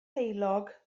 heulog